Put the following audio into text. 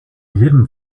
jedem